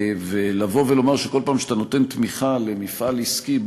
לבוא ולומר שכל פעם שאתה נותן תמיכה למפעל עסקי,